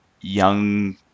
young